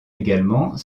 également